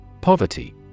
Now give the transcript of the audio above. Poverty